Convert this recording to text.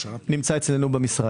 נמצא אצלנו במשרד.